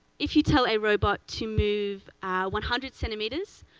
if you tell a robot to move one hundred centimeters,